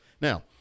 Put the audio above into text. Now